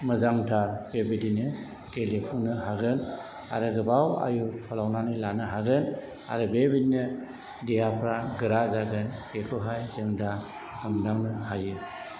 मोजांथार बेबायदिनो गेलेफुंनो हागोन आरो गोबाव आयु फोलावनानै लानो हागोन आरो बेबायदिनो देहाफ्रा गोरा जागोन बेखौहाय जों दा हमदांनो हायो